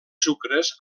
sucres